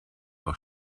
auch